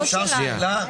לא שלנו.